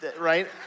right